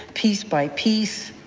piece by piece.